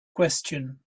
question